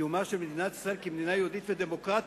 קיומה של מדינת ישראל כמדינה יהודית ודמוקרטית,